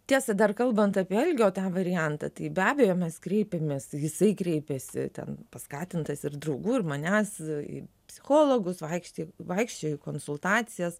tiesa dar kalbant apie algio tą variantą tai be abejo mes kreipėmės jisai kreipėsi ten paskatintas ir draugų ir manęs į psichologus vaikščiojo vaikščiojo į konsultacijas